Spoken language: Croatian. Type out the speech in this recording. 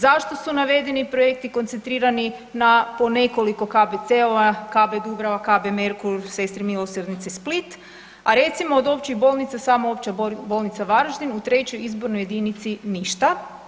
Zašto su navedeni projekti koncentrirani na po nekoliko KBC-ova, KB Dubrava, KB Merkur, Sestre Milosrdnice, Split, a recimo od općih bolnica samo Opća bolnica Varaždin u 3. izbornoj jedinici ništa?